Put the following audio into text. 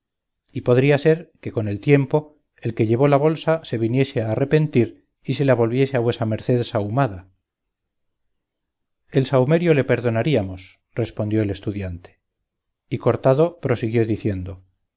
y podría ser que con el tiempo el que llevó la bolsa se viniese a arrepentir y se la volviese a vuesa merced sahumada el sahumerio le perdonaríamos respondió el estudiante y cortado prosiguió diciendo